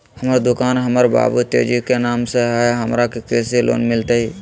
हमर दुकान हमर बाबु तेजी के नाम पर हई, हमरा के कृषि लोन मिलतई?